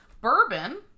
bourbon